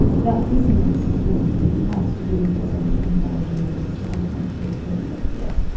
that dissonance is what we think has to do with this uncanny valley and this uncomfortable feeling that we get.